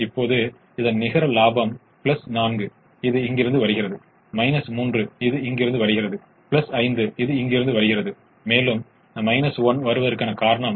இப்போது இரட்டைக்கான சாத்தியமான தீர்வுகளின் மாதிரி தொகுப்பை வழங்கியுள்ளோம்